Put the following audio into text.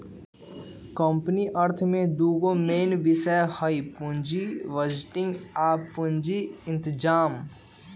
company अर्थ में दूगो मेन विषय हइ पुजी बजटिंग आ पूजी इतजाम